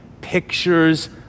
pictures